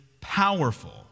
powerful